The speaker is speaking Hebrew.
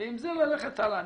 ועם זה ללכת הלאה.